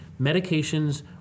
medications